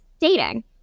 dating